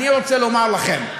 אני רוצה לומר לכם,